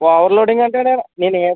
overloading అంటే నే నేను ఏం